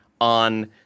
on